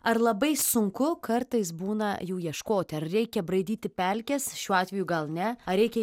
ar labai sunku kartais būna jų ieškoti ar reikia braidyti pelkes šiuo atveju gal ne ar reikia